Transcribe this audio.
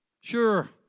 Sure